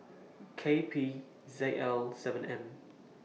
K P Z L seven M